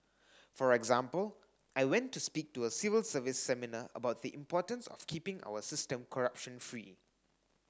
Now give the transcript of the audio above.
for example I went to speak to a civil service seminar about the importance of keeping our system corruption free